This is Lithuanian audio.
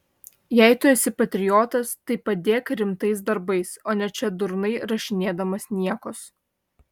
jei tu esi patriotas tai padėk rimtais darbais o ne čia durnai rašinėdamas niekus